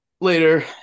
Later